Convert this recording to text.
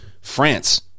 France